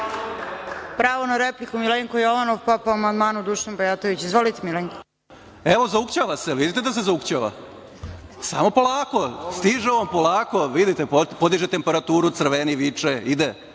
Hvala. Pravo na repliku Milenko Jovanov, pa po amandmanu Dušan Bajatović. Izvolite. **Milenko Jovanov** Evo, zaukćava se, vidite da se zaukćava. Samo polako, stiže on, vidite, podiže temperaturu, crveni, viče, ide.